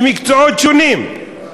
במקצועות שונים,